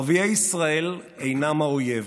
ערביי ישראל אינם האויב,